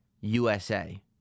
USA